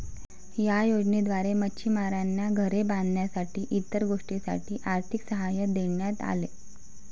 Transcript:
या योजनेद्वारे मच्छिमारांना घरे बांधण्यासाठी इतर गोष्टींसाठी आर्थिक सहाय्य देण्यात आले